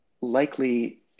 likely